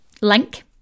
link